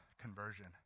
conversion